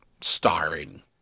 starring